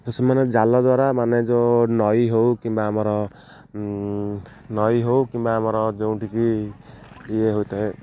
ତ ସେମାନେ ଜାଲ ଦ୍ୱାରା ମାନେ ଯେଉଁ ନଈ ହଉ କିମ୍ବା ଆମର ନଈ ହଉ କିମ୍ବା ଆମର ଯେଉଁଠିକି ଇଏ ହୋଇଥାଏ